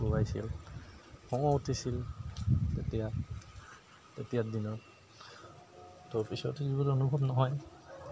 কোবাইছিল খঙো উঠিছিল তেতিয়া তেতিয়াৰ দিনত ত' পিছত সেইবোৰ অনুভৱ নহয়